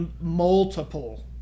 multiple